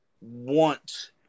want